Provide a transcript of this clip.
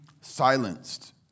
silenced